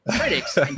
Critics